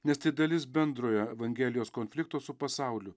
nes tai dalis bendrojo evangelijos konflikto su pasauliu